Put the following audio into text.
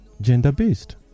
gender-based